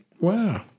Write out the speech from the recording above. Wow